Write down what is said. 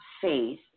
faith